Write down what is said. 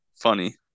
funny